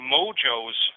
Mojo's